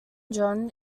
john